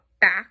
back